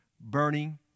burning